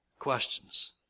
Questions